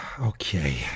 okay